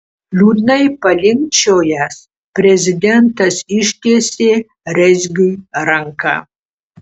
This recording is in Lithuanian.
liūdnai palinkčiojęs prezidentas ištiesė rezgiui ranką